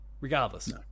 regardless